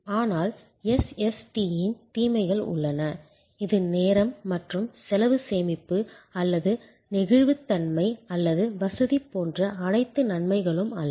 ஆனால் SSTயின் தீமைகள் உள்ளன இது நேரம் மற்றும் செலவு சேமிப்பு அல்லது நெகிழ்வுத்தன்மை அல்லது வசதி போன்ற அனைத்து நன்மைகளும் அல்ல